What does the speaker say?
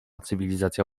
cywilizacja